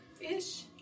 Ish